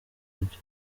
kugira